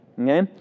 Okay